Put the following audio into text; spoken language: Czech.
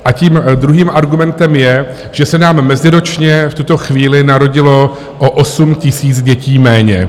A tím druhým argumentem je, že se nám meziročně v tuto chvíli narodilo o 8 000 dětí méně.